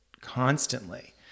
constantly